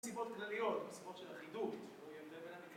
סיבות כלליות, סיבות של אחידות